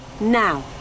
now